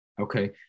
Okay